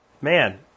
man